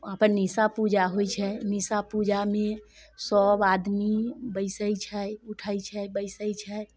वहाँपर निशा पूजा होइ छै निशा पूजामे सब आदमी बैसै छै उठै छै बैसै छै